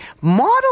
Model